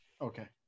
Okay